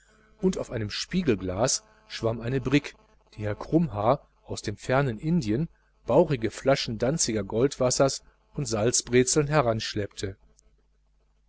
und auf einem spiegelglas schwamm eine brigg die herrn krummhaar aus dem fernen indien bauchige flaschen danziger goldwassers und salzbrezeln